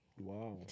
Wow